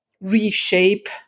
reshape